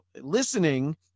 listening